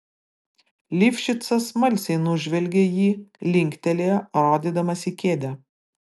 lifšicas smalsiai nužvelgė jį linktelėjo rodydamas į kėdę